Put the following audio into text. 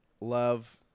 love